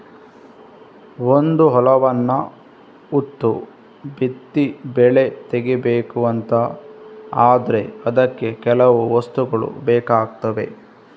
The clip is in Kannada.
ಒಂದು ಹೊಲವನ್ನ ಉತ್ತು ಬಿತ್ತಿ ಬೆಳೆ ತೆಗೀಬೇಕು ಅಂತ ಆದ್ರೆ ಅದಕ್ಕೆ ಕೆಲವು ವಸ್ತುಗಳು ಬೇಕಾಗ್ತವೆ